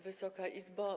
Wysoka Izbo!